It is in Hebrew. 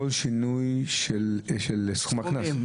כל שינוי בסכומים?